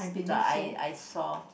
I I saw